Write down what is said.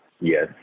Yes